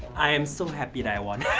i am so happy that i